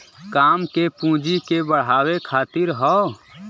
काम के पूँजी के बढ़ावे खातिर हौ